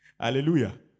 Hallelujah